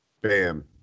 Bam